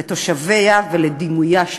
לתושביה ולדימויה.